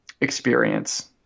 experience